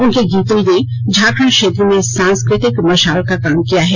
उनके गीतों ने झारखण्ड क्षेत्र में सांस्कृतिक मशाल का काम किया है